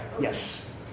Yes